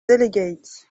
delegates